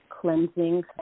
cleansing